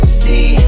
see